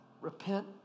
repent